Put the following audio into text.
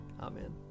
Amen